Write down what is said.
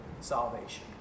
salvation